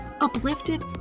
uplifted